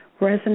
resonate